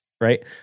right